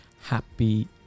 Happy